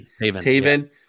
Taven